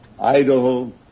Idaho